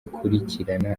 akurikirana